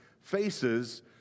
faces